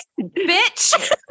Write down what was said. bitch